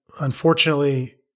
unfortunately